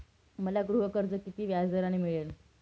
मला गृहकर्ज किती व्याजदराने मिळेल?